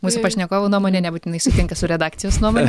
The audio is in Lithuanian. mūsų pašnekovų nuomonė nebūtinai sutinka su redakcijos nuomone